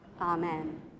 Amen